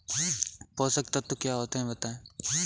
पोषक तत्व क्या होते हैं बताएँ?